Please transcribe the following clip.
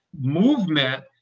movement